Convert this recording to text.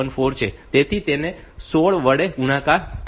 તેથી તેનો 16 વડે ગુણાકાર થશે